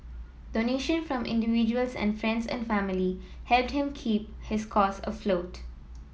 donation from individuals and friends and family helped keep his cause afloat